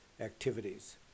activities